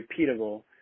repeatable